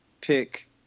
pick